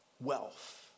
wealth